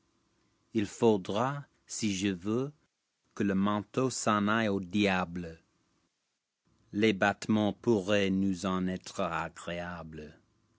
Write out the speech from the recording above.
il faudra si jevcm que le manteau s'en aille au diable l'cbatlemcnt pounait nous en être agréable